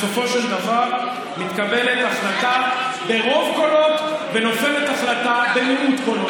בסופו של דבר מתקבלת החלטה ברוב קולות ונופלת החלטה במיעוט קולות,